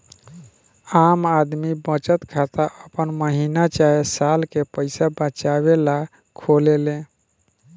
आम आदमी बचत खाता आपन महीना चाहे साल के पईसा बचावे ला खोलेले